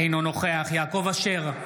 אינו נוכח יעקב אשר,